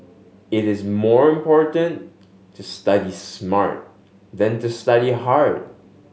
it is more important to study smart than to study hard